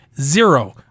Zero